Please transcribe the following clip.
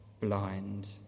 blind